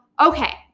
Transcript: Okay